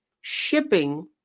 shipping